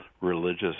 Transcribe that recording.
religious